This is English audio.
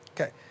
Okay